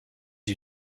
you